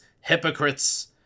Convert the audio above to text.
hypocrites